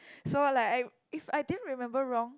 so like I if I didn't remember wrong